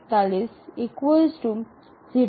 82 થાય છે